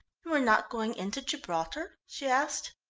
you are not going into gibraltar? she asked.